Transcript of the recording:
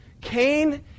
Cain